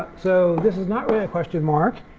so this is not really a question mark.